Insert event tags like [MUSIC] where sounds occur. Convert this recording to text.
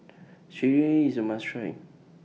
[UNINTELLIGIBLE] IS A must Try